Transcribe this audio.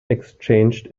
exchanged